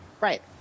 Right